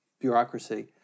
bureaucracy